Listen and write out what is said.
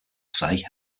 say